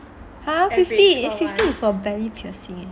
!huh! fifty fifty is for belly piercing leh